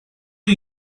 are